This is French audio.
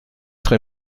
très